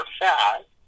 fat